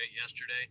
yesterday